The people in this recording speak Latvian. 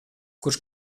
kurš